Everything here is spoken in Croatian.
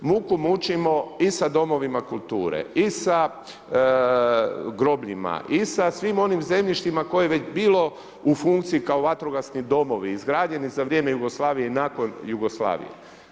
Muku mučimo i sa domovima kulture i sa grobljima i sa svim onim zemljištima koje je već bilo u funkcijama kao vatrogasni domovi, izrađeni za vrijeme Jugoslavije i nakon Jugoslavije.